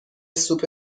سوپ